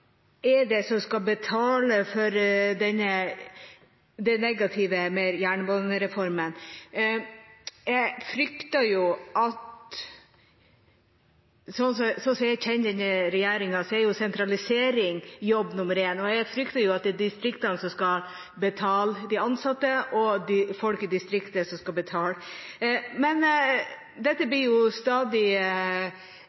er det som skal betale for det negative med jernbanereformen? Sånn som jeg kjenner denne regjeringa, er sentralisering jobb nummer én, og jeg frykter at det er distriktene som skal betale de ansatte, at det er folk i distriktene som skal betale. Men dette